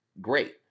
great